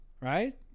Right